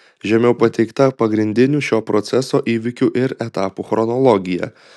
žemiau pateikta pagrindinių šio proceso įvykių ir etapų chronologija